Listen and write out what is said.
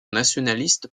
nationaliste